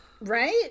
Right